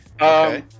okay